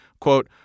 quote